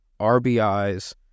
RBIs